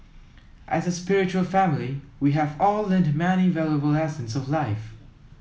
as a spiritual family we have all learned many valuable lessons of life